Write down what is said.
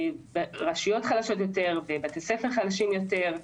ברשויות חלשות יותר ובבתי ספר חלשים יותר,